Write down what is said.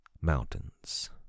mountains